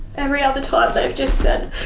every other time they've just said,